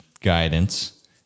guidance